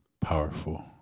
powerful